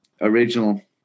original